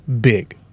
big